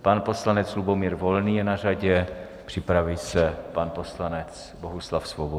Pan poslanec Lubomír Volný je na řadě, připraví se pan poslanec Bohuslav Svoboda.